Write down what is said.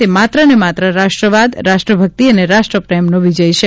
તે માત્રને માત્ર રાષ્ટ્રવાદ રાષ્ટ્રભક્તિ અને રાષ્ટ્રપ્રેમનો વિજય છે